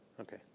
Okay